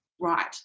right